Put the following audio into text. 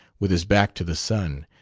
with his back to the sun,